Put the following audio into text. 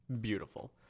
beautiful